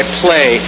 play